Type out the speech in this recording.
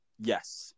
yes